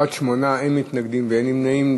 בעד, 8, אין מתנגדים ואין נמנעים.